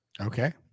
Okay